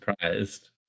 surprised